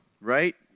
right